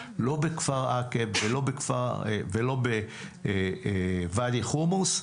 לא בכפר עקב ולא בוואדי חומוס,